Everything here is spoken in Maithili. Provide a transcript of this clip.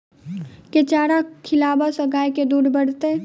केँ चारा खिलाबै सँ गाय दुध बढ़तै?